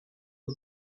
que